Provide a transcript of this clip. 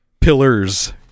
Pillars